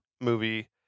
movie